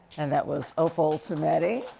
and that was opal tometi.